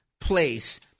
place